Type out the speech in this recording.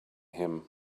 him